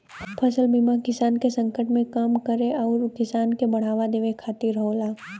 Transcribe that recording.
फसल बीमा किसान के संकट के कम करे आउर किसान के बढ़ावा देवे खातिर होला